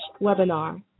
webinar